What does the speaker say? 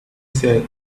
said